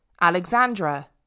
Alexandra